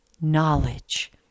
knowledge